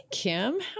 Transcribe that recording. Kim